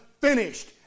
finished